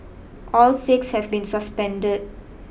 all six have been suspended